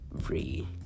free